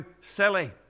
silly